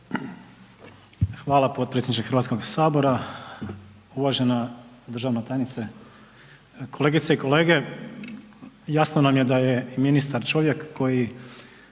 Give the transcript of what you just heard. Hvala potpredsjedniče Hrvatskog sabora. Uvažena državna tajnice, kolegice i kolege. Jasno nam je da je i ministar čovjek ne